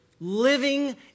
living